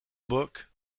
book